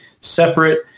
separate